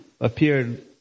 appeared